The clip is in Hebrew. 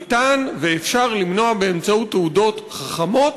ניתן ואפשר למנוע באמצעות תעודות חכמות.